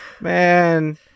man